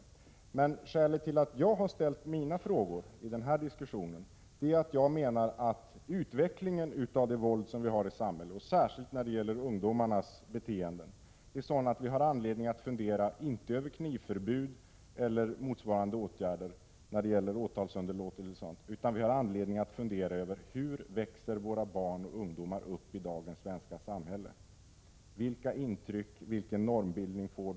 Bakgrunden till de frågor som jag har ställt i den här diskussionen är emellertid den att utvecklingen av våldet, särskilt när det gäller ungdomarnas beteenden, är sådan att vi har anledning att fundera över hur våra barn och ungdomar växer upp i dagens svenska samhälle. Vilka intryck och vilken normbildning får de? Vilken trygghet ges de och vilket ansvarstagande får de? Det är detta som är det viktiga bakom mina frågeställningar.